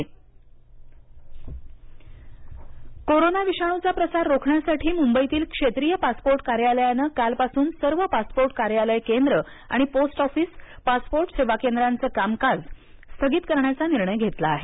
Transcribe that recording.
passport corona विषाणूचा प्रसार रोखण्यासाठी मुंबईतील क्षेत्रीय पासपोर्ट कार्यालयांनं कालपासून सर्व पासपोर्ट कार्यालय केंद्र आणि पोस्ट ऑफिस पासपोर्ट सेवा केंद्राचं कामकाज स्थगित करण्याचा निर्णय घेतला आहे